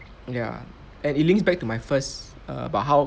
ya and it links back to my first err but how